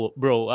bro